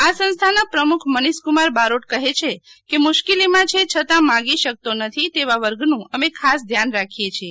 આ સંસ્થા ના પ્રમુખ મનીષ ક્રમાર બારોટ કહે છે કે મુશ્કેલી માં છે છતાં માંગી શકતો નથી તેવા વર્ગ નું અમે ખાસ ધ્યાન રાખી છીએ